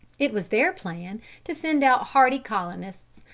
it was their plan to send out hardy colonists,